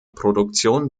produktion